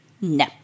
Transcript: No